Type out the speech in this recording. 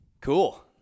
cool